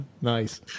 nice